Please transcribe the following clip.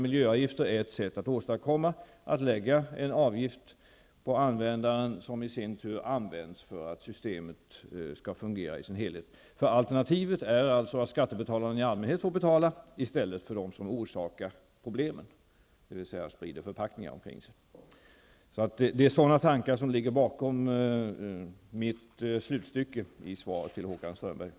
Miljöavgifter innebär att man lägger en avgift på användaren och att pengarna sedan används för att systemet skall fungera i sin helhet. Alternativet är att skattebetalarna får betala i stället för dem som orsakar problemen, dvs. sprider förpackningar omkring sig. Det är sådana tankar som ligger bakom slutorden i mitt svar till Håkan Strömberg.